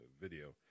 video